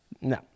No